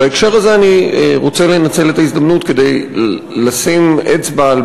ובהקשר הזה אני רוצה לנצל את ההזדמנות כדי לשים אצבע על